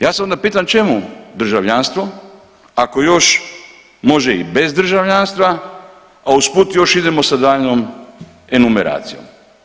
Ja se onda pitam čemu državljanstvo ako još može i bez državljanstva, a usput još idemo sa daljnjom enumeracijom.